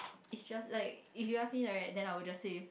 is just like if you ask me right then I will just say